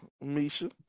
Misha